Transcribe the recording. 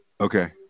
Okay